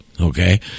Okay